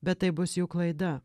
bet tai bus jų klaida